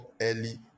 early